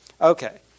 Okay